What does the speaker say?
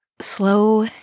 slow